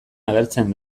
agertzen